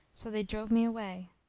so they drove me away.